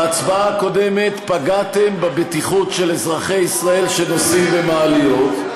בהצבעה הקודמת פגעתם בבטיחות של אזרחי ישראל שנוסעים במעליות,